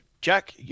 Jack